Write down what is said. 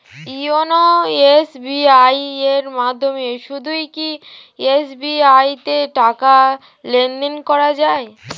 YONO SBI এর মাধ্যমে শুধুই কি এস.বি.আই তে টাকা লেনদেন করা যায়?